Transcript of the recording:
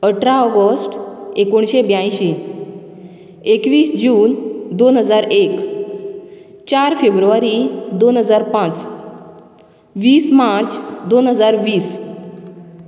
अठरा ऑगस्ट एकोणशे ब्यायशीं एकवीस जून दोन हजार एक चार फेब्रुवारी दोन हजार पांच वीस मार्च दोन हजार वीस